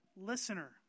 listener